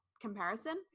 comparison